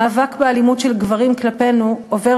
המאבק באלימות של גברים כלפינו עובר